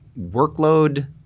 workload